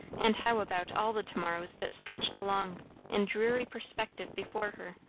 and how about all the to-morrows that stretched along in dreary perspective before her?